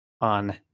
on